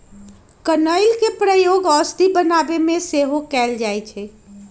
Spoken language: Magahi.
कनइल के प्रयोग औषधि बनाबे में सेहो कएल जाइ छइ